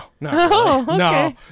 No